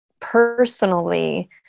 personally